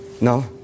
No